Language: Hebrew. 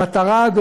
במטרה,